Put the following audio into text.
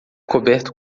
coberto